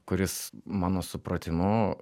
kuris mano supratimu